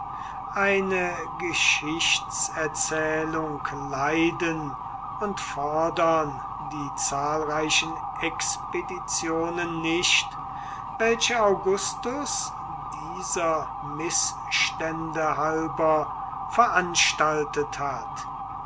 eine geschichtserzählung leiden und fordern die zahlreichen expeditionen nicht welche augustus dieser mißstände halber veranstaltet hat